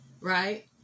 right